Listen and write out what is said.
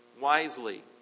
wisely